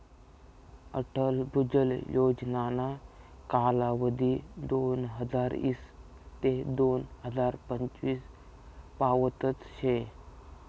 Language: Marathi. अटल भुजल योजनाना कालावधी दोनहजार ईस ते दोन हजार पंचवीस पावतच शे